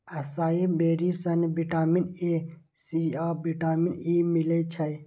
असाई बेरी सं vitamin A, C आ विटामिन ई मिलै छै